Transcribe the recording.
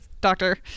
Doctor